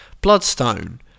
Bloodstone